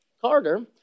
Carter